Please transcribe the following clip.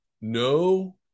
No